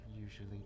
usually